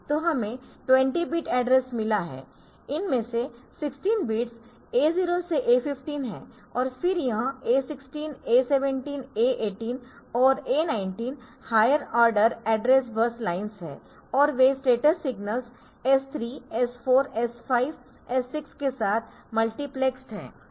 तो हमें 20 bit address मिला है इनमें से 16 बिट्स A0 से A15 है और फिर यह A16 A17 A18 और A19 higher order address bus lines है और वे स्टेटस सिग्नल्स S3S4S5S6 के साथ मल्टीप्लेसड है